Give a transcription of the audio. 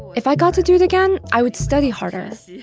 if i got to do it again, i would study harder.